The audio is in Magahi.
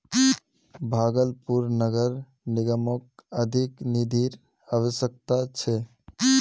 भागलपुर नगर निगमक अधिक निधिर अवश्यकता छ